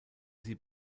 sie